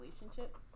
relationship